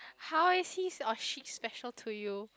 how is he or she special to you